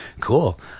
Cool